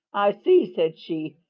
i see, said she,